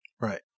Right